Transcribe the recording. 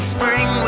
Spring